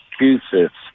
Massachusetts